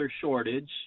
shortage